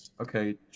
Okay